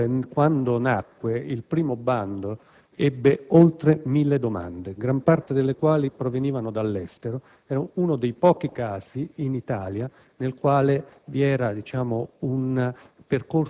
Quando l'IMT nacque, il primo bando ebbe oltre 1.000 domande, gran parte delle quali provenienti dall'estero. Era uno dei pochi casi in Italia nel quale si realizzava un